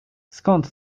skąd